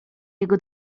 jego